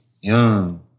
young